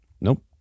Nope